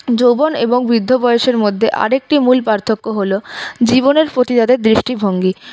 যৌবন এবং বৃদ্ধ বয়সের মধ্যে আর একটি মূল পার্থক্য হল জীবনের প্রতি তাদের দৃষ্টিভঙ্গি